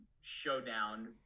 showdown